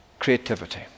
creativity